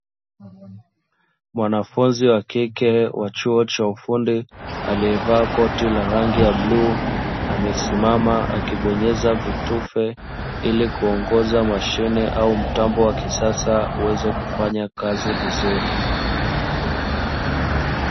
Mwanafunzi wa kike wa chuo cha ufundi, aliyevaa koti la rangi ya bluu. Amesimama akibonyeza vitufe, ili kuongoza mashine au mtambo wa kisasa uweze kufanya kazi vizuri.